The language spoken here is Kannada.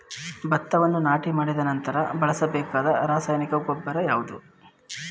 ಭತ್ತವನ್ನು ನಾಟಿ ಮಾಡಿದ ನಂತರ ಬಳಸಬೇಕಾದ ರಾಸಾಯನಿಕ ಗೊಬ್ಬರ ಯಾವುದು?